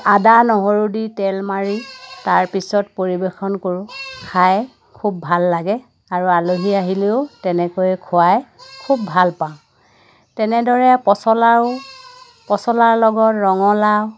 আদা নহৰু দি তেল মাৰি তাৰ পিছত পৰিৱেশন কৰোঁ খাই খুব ভাল লাগে আৰু আহিলেও তেনেকৈয়ে খোৱাই খুব ভালপাওঁ তেনেদৰে পচলাও পচলাৰ লগত ৰঙালাও